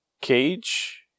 Cage